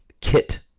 kit